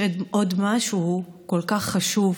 יש עוד משהו כל כך חשוב